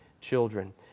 children